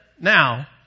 now